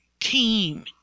team